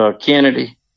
Kennedy